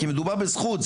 כי מדובר בזכות,